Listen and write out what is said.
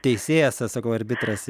teisėjas aš sakau arbitras